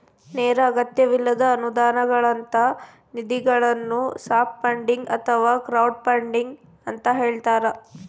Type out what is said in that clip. ನೇರ ಅಗತ್ಯವಿಲ್ಲದ ಅನುದಾನಗಳಂತ ನಿಧಿಗಳನ್ನು ಸಾಫ್ಟ್ ಫಂಡಿಂಗ್ ಅಥವಾ ಕ್ರೌಡ್ಫಂಡಿಂಗ ಅಂತ ಹೇಳ್ತಾರ